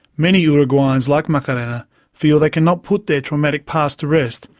many uruguayans like macarena feel they cannot put their traumatic past to rest,